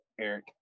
Eric